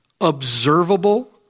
observable